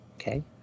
okay